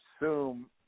assume